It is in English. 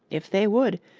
if they would,